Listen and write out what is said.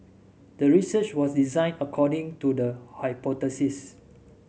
the research was designed according to the hypothesis